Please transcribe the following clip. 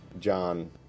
John